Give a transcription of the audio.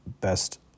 best